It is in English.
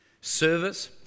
Service